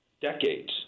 decades